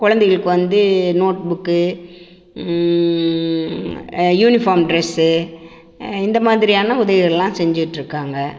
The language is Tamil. குழந்தைகளுக்கு வந்து நோட் புக்கு யூனிஃபார்ம் ட்ரெஸ்ஸு இந்த மாதிரியான உதவிகள்லாம் செஞ்சிகிட்ருக்காங்க